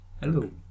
Hello